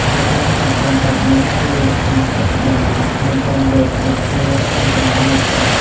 រចនាសម្ព័ន្ធបែបនេះជួយរក្សាសុខដុម និងការយល់ចិត្តគ្នាក្នុងចំណោមមិត្តភក្ដិ។